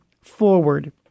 forward